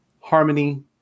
harmony